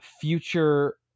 future